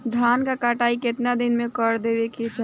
धान क कटाई केतना दिन में कर देवें कि चाही?